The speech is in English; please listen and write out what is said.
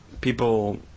people